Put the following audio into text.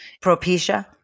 Propecia